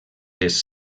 les